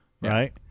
right